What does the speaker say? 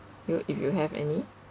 you if you have any